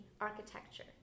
architecture